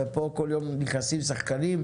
ופה כל יום נכנסים שחקנים,